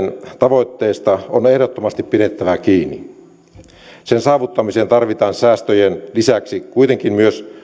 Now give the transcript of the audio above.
tavoitteesta on ehdottomasti pidettävä kiinni sen saavuttamiseen tarvitaan säästöjen lisäksi kuitenkin myös